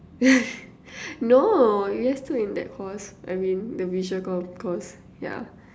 no we are still in that course I mean the visual comm course yeah